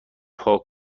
پاک